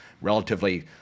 relatively